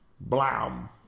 Blam